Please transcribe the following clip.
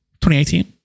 2018